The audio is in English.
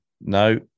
No